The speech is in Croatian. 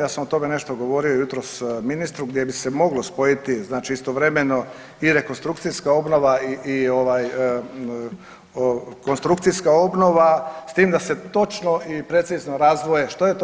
Ja sam o tome nešto govorio jutros ministru, gdje bi se moglo spojiti, znači istovremeno i rekonstrukcijska obnova i konstrukcijska obnova s time da se točno i precizno razdvoje što je